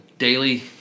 Daily